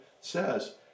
says